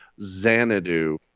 Xanadu